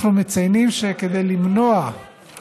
אנחנו מציינים שכדי למנוע מצב